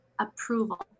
approval